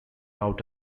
out